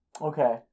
Okay